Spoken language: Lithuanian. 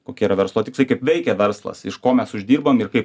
kokie yra verslo tikslai kaip veikia verslas iš ko mes uždirbam ir kaip